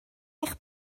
eich